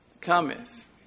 cometh